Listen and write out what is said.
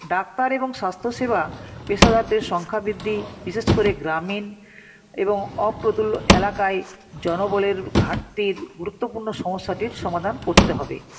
doctor এবং স্বাস্থ্যসেবা পেশাদারদের সংখ্যা বৃদ্ধি বিশেষ করে গ্রামীণ এবং অপ্রতু্ল এলাকায় জনবলের ঘাটতির গুরুতপূর্ণ সমস্যাটির সমাধান করতে হবে